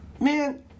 man